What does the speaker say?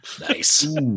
Nice